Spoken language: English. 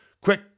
Quick